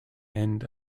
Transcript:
end